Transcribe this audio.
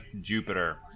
Jupiter